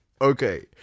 okay